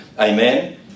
Amen